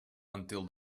until